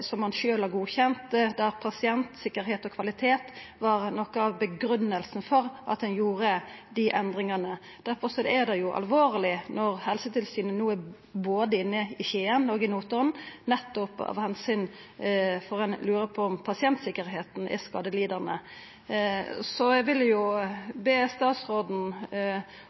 som han sjølv har godkjent, der pasientsikkerheit og kvalitet var noko av grunngivinga for at ein gjorde dei endringane. Difor er det alvorleg når Helsetilsynet no er inne i både Skien og Notodden, nettopp fordi ein lurar på om pasientsikkerheita er skadelidande. Eg vil be statsråden